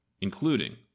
including